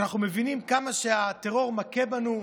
אנחנו מבינים כמה שהטרור מכה בנו,